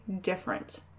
different